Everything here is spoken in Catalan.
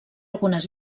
algunes